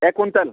एक क्विनटेल